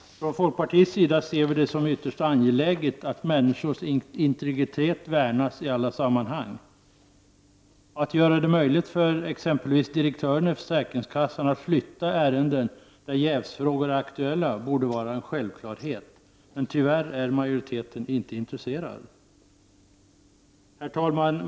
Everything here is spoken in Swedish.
Från folkpartiets sida ser vi det som ytterst angeläget att människors integritet värnas i alla sammanhang. Att göra det möjligt för exempelvis direktören i försäkringskassan att flytta ärenden där jävsfrågor är aktuella borde vara en självklarhet. Men tyvärr är majoriteten inte intresserad. Herr talman!